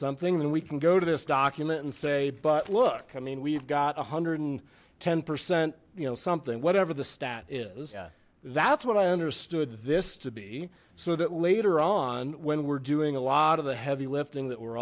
something then we can go to this document and say but look i mean we've got a hundred and ten percent you know something whatever the stat is that's what i understood this to be so that later on when we're doing a lot of the heavy lifting that we're